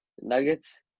Nuggets